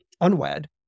unwed